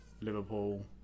Liverpool